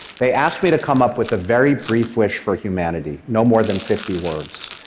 they asked me to come up with a very brief wish for humanity, no more than fifty words.